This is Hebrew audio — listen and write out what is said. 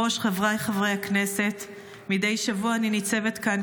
חברי הכנסת המבקשים להירשם מוזמנים להצביע בעד כעת.